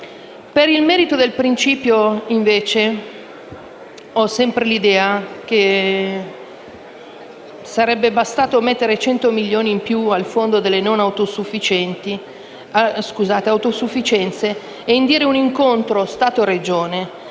Per il merito dei principi, invece, ho sempre l'idea che sarebbe bastato mettere 100 milioni in più al Fondo nazionale per la non autosufficienza e indire un incontro Stato-Regioni